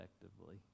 effectively